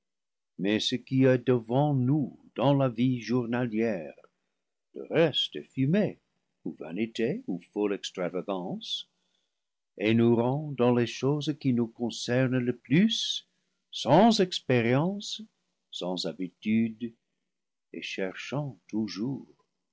mais ce qui est devant nous dans la vie journalière le reste est fumée ou va nité ou folle extravagance et nous rend dans les choses qui nous concernent le plus sans expérience sans habitude et cherchant toujours